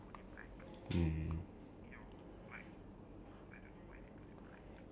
your one doesn't have your one is in the door is fully black then no no text no anything